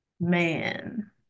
Man